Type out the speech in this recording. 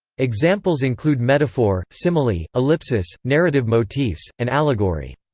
examples include metaphor, simile, ellipsis, narrative motifs, and allegory.